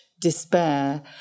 despair